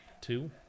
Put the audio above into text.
two